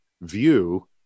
view